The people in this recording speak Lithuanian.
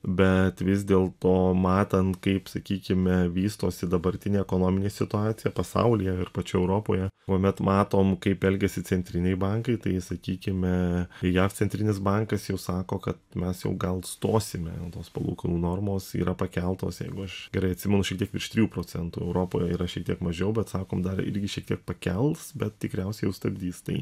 bet vis dėl to matant kaip sakykime vystosi dabartinė ekonominė situacija pasaulyje ir pačioj europoje kuomet matom kaip elgiasi centriniai bankai tai sakykime jav centrinis bankas jau sako kad mes jau gal stosime jau tos palūkanų normos yra pakeltos jeigu aš gerai atsimenu šiek tiek virš trijų procentų europoje yra šiek tiek mažiau bet sakom dar irgi šiek tiek pakels bet tikriausiai jau stabdys tai